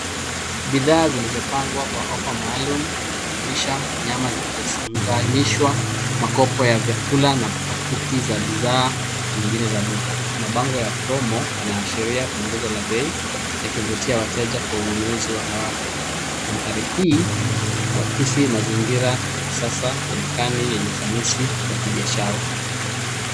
Bidhaa zilizopangwa kwa offer maalum zinajumuisha nyama zilizofunganishwa, makopo ya vyakula na pakiti za bidhaa nyingine za duka. Mabango ya Promo yanaashiria punguzo la bei, yakivutia wateja kwa ununuzi wa haraka. Mandhari hii huakisi mazingira ya kisasa ya dukani yenye ufanisi wa kibiashara.